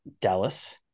Dallas